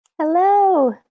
Hello